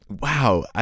Wow